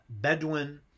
Bedouin